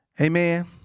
Amen